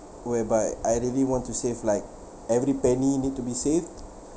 whereby I really want to save like every penny need to be saved